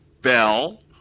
Bell